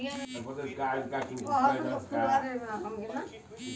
सलाना तनखा आदमी के कुल साल भर क कमाई होला